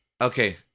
okay